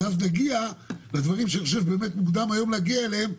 ואז נגיע לדברים שאני חושב שבאמת מוקדם היום להגיע אליהם,